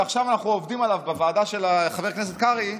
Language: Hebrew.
שעכשיו אנחנו עובדים עליו בוועדה של חבר הכנסת קרעי,